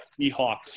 Seahawks